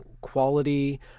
quality